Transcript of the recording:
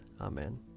Amen